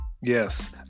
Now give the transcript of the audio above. yes